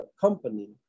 company